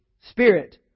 spirit